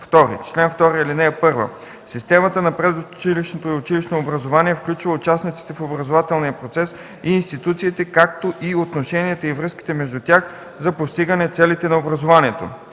чл. 2: „Чл. 2 (1) Системата на предучилищното и училищното образование включва участниците в образователния процес и институциите, както и отношенията и връзките между тях за постигане целите на образованието.